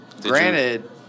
Granted